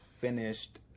finished